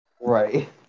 Right